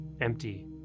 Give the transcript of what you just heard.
empty